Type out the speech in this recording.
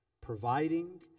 Providing